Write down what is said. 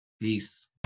Peace